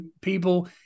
people